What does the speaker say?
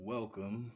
Welcome